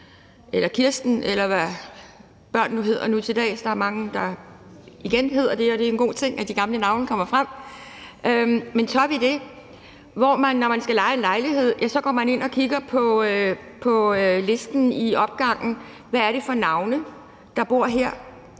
Kirsten, eller hvad børn nu hedder nu til dags, af sted? Der er mange, der igen hedder det, og det er en god ting, at de gamle navne kommer frem. Tør vi det? Altså, vi er der, hvor man, når man skal leje en lejlighed, går ind og kigger på listen i opgangen og ser, hvad det er for nogle navne på dem, der bor her.